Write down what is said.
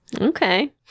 Okay